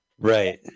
Right